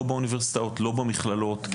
לא באוניברסיטאות ולא במכללות.